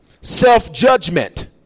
Self-judgment